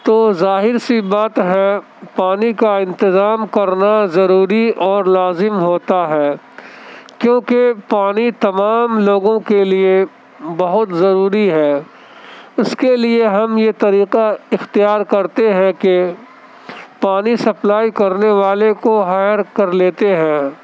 تو ظاہر سی بات ہے پانی کا انتظام کرنا ضروری اور لازم ہوتا ہے کیونکہ پانی تمام لوگوں کے لیے بہت ضروری ہے اس کے لیے ہم یہ طریقہ اختیار کرتے ہیں کہ پانی سپلائی کرنے والے کو ہائر کر لیتے ہیں